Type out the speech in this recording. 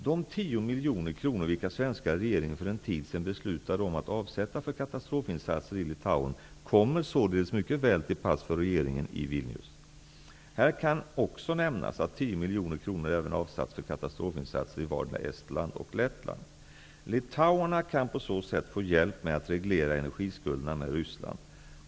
De tio miljoner kronor vilka svenska regeringen för en tid sedan beslutade om att avsätta för katastrofinsatser i Litauen kommer således mycket väl till pass för regeringen i Vilnius. Här kan också nämnas att 10 miljoner kronor även avsatts för katastrofinsatser i vardera Estland och Lettland. Litauerna kan på så sätt få hjälp med att reglera energiskulderna med Ryssland.